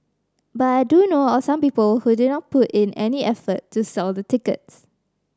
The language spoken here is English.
but I do know of some people who did not put in any effort to sell the tickets